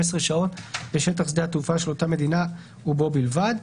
שעות בשטח שדה תעופה של אותה מדינה ובו בלבד.